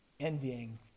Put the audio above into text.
envying